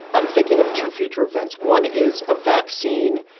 i'm thinking of two future events. one is a vaccine,